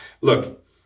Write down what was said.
look